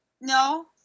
no